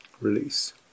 release